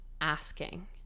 asking